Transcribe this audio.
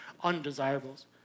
undesirables